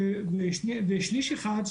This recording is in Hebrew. ושליש אחד,